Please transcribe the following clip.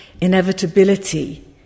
inevitability